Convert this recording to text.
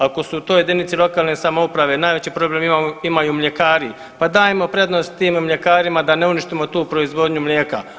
Ako su u toj jedinici lokalne samouprave najveći problem imaju mljekari, pa dajmo prednost tim mljekarima da ne uništimo tu proizvodnju mlijeka.